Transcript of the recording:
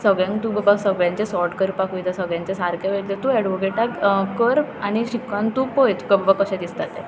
सगळ्यांक तूं बाबा सगळ्यांचें सॉर्ट करपाक वयता सगळ्यांचें सारकें वेगळें तूं एडवोकेटाक कर आनी शिकून तूं पळय तुका कशें दिसता तें